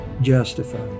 justified